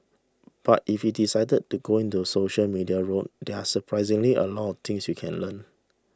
but if you decided to go the social media route there are surprisingly a lot of things you can learn